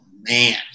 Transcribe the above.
man